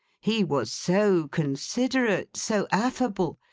he was so considerate, so affable,